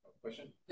Question